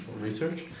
research